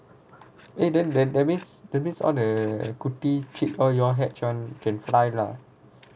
eh then then that means that means on the குட்டி:kutty chick all you all hatch [one] can fly lah